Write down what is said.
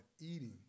eating